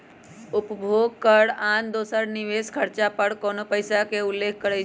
उपभोग कर आन दोसर निवेश खरचा पर कोनो पइसा के उल्लेख करइ छै